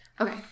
Okay